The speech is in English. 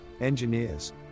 engineers